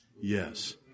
Yes